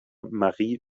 marie